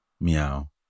meow